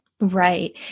Right